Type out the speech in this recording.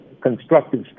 constructive